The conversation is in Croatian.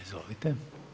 Izvolite.